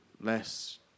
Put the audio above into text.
less